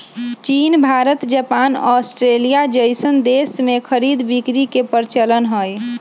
चीन Bharat Japan Australia जइसन देश में खरीद बिक्री के परचलन हई